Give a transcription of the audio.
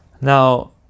Now